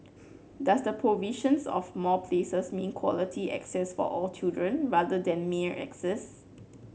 does the provisions of more places mean quality access for all children rather than mere access